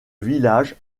village